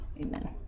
Amen